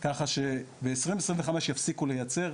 ככה שב-2025 יפסיקו לייצר.